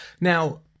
Now